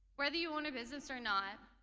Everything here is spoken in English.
whether you own a business or not,